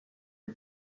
les